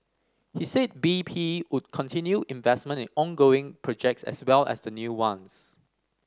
he said B P would continue investment in ongoing projects as well as the new ones